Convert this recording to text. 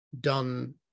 done